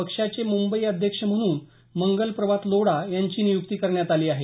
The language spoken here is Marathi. पक्षाचे मुंबई अध्यक्ष म्हणून मंगल प्रभात लोढा यांची नियुक्ती करण्यात आली आहे